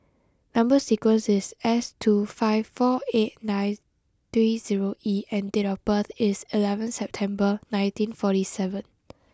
number sequence is S two five four eight nine three zero E and date of birth is eleven September nineteen forty seven